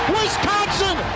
Wisconsin